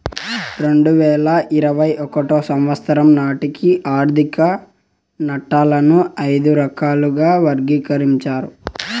రెండు వేల ఇరవై ఒకటో సంవచ్చరం నాటికి ఆర్థిక నట్టాలను ఐదు రకాలుగా వర్గీకరించారు